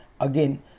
again